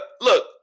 look